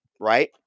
Right